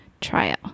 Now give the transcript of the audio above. Trial